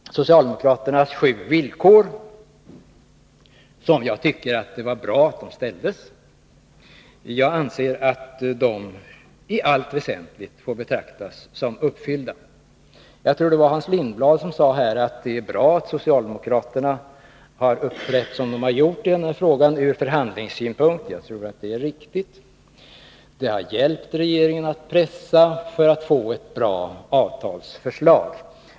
Socialdemokraternas sju villkor tycker jag var bra att man framställde, och jag anser att de i allt väsentligt får betraktas som uppfyllda. Jag tror att det var Hans Lindblad som sade att det var bra ur förhandlingssynpunkt att socialdemokraterna har uppträtt som de har gjort i den här frågan. Jag tror att det är riktigt. Det har hjälpt regeringen att pressa industrin för att få fram ett bra avtalsförslag.